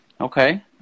okay